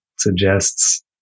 Suggests